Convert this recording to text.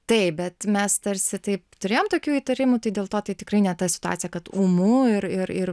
taip bet mes tarsi taip turėjom tokių įtarimų tai dėl to tai tikrai ne ta situacija kad ūmu ir ir ir